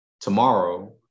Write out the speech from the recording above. tomorrow